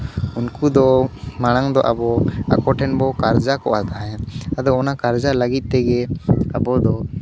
ᱩᱱᱠᱩ ᱫᱚ ᱢᱟᱲᱟᱝ ᱫᱚ ᱟᱵᱚ ᱟᱠᱚ ᱴᱷᱮᱱ ᱵᱚ ᱠᱟᱨᱡᱟ ᱠᱚᱜᱼᱟ ᱛᱟᱦᱮᱸᱫ ᱟᱫᱚ ᱚᱱᱟ ᱠᱟᱨᱡᱟ ᱞᱟᱹᱜᱤᱫ ᱛᱮᱜᱮ ᱟᱵᱚ ᱫᱚ